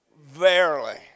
Verily